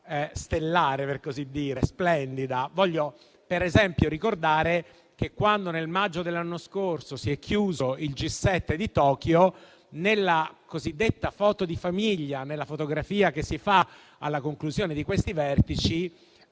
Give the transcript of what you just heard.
stellare - per così dire - o splendida. Voglio per esempio ricordare che, quando nel maggio dell'anno scorso si è chiuso il G7 di Tokyo, nella cosiddetta foto di famiglia, nella fotografia che si fa alla conclusione di questi vertici,